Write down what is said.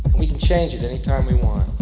we can change it anytime we want.